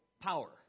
power